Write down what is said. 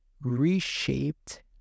reshaped